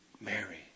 Mary